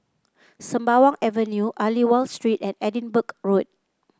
Sembawang Avenue Aliwal Street and Edinburgh Road